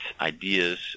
ideas